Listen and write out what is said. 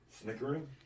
Snickering